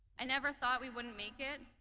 i never thought we wouldn't make it,